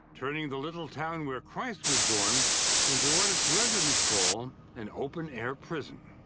turning the little town where christ was born into what its residents call an open-air prison.